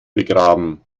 begraben